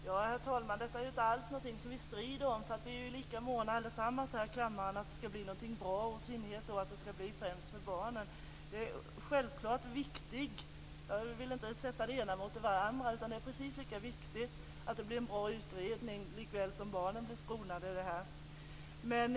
Herr talman! Detta är ju inte alls någonting som vi strider om. Vi är ju allesammans här i kammaren lika måna om att det ska bli någonting bra, i synnerhet för barnen. Det är självklart precis lika viktigt - jag vill inte sätta det ena mot det andra - att det blir en bra utredning som att barnen blir skonade i det här.